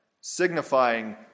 signifying